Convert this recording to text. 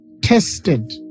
tested